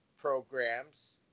programs